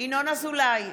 ינון אזולאי,